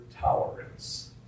tolerance